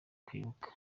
nkibuka